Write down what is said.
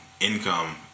income